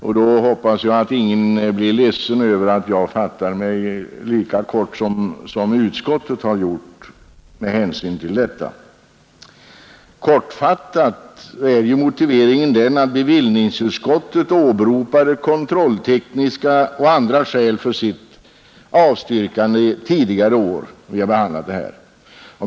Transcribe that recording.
Därför hoppas jag att ingen blir ledsen över att jag fattar mig lika kort som utskottet har gjort med hänsyn till detta. Motiveringen till bevillningsutskottets avstyrkande tidigare år då vi har behandlat dessa frågor var kontrolltekniska och andra skäl.